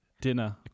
dinner